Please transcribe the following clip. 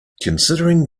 considering